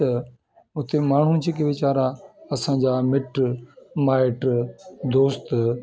त उते माण्हू जेके वीचारा असांजा मिटु माइटु दोस्त